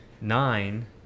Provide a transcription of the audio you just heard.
nine